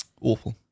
Awful